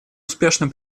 успешно